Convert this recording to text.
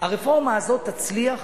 הרפורמה הזאת תצליח